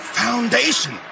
foundation